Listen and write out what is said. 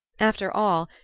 after all,